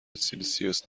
سلسیوس